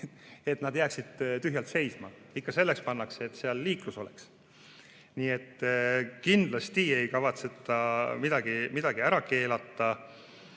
et teed jääksid tühjalt seisma. Ikka selleks pannakse, et seal liiklus oleks. Nii et kindlasti ei kavatseta midagi ära keelata.